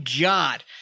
god